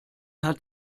hat